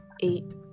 eight